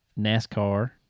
NASCAR